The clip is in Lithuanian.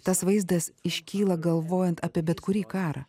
tas vaizdas iškyla galvojant apie bet kurį karą